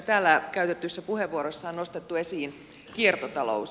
täällä käytetyissä puheenvuoroissa on nostettu esiin kiertotalous